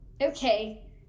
Okay